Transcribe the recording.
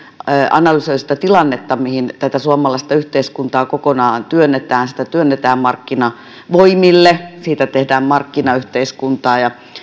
analysoi sitä tilannetta mihin tätä suomalaista yhteiskuntaa kokonaan työnnetään sitä työnnetään markkinavoimille siitä tehdään markkinayhteiskuntaa